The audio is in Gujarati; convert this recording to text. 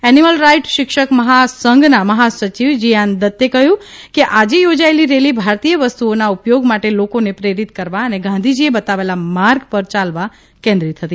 એનીમલ રાઇટ શિક્ષક મહાસંઘના મહાસચિવ જીયાન દત્તે કહ્યું છે કે આજે યોજાયેલી રેલી ભારતીય વસ્તુઓના ઉપયોગ માટે લોકોને પ્રેરીત કરવા અને ગાંધીજીએ બતાવેલા માર્ગ પર યાલવા કેન્દ્રિત હતી